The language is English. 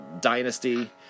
dynasty